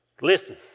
listen